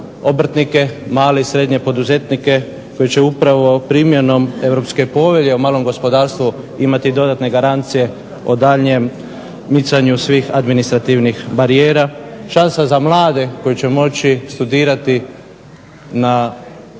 obrtnike, male i srednje poduzetnike koji će upravo primjenom Europske povelje o malom gospodarstvu imati dodatne garancije o daljnjem micanju svih administrativnih barijera, šansa za mlade koji će moći studirati na